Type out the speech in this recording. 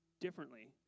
differently